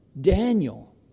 Daniel